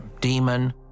demon